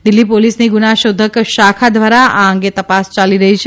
દિલ્ફી પોલીસની ગુનાશોધક શાખા દ્વારા આ અંગે તપાસ ચાલી રહી છે